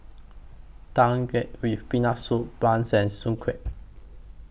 Tang Yuen with Peanut Soup Bun and Soon Kuih